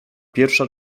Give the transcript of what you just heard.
pierwsza